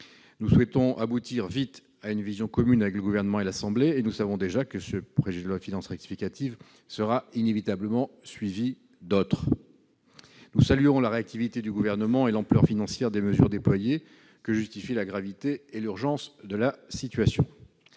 Nous souhaitons aboutir vite à une vision commune avec le Gouvernement et l'Assemblée nationale, et nous savons déjà que ce projet de loi de finances rectificative sera inévitablement suivi d'autres. Nous saluons la réactivité du Gouvernement et l'ampleur financière des mesures déployées, que justifient la gravité et l'urgence de la situation.